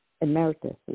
Emeritus